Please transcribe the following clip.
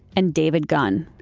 and david gunn.